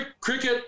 cricket